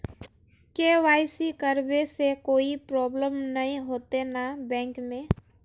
KYC करबे से कोई प्रॉब्लम नय होते न बैंक में?